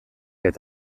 eta